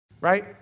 Right